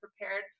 prepared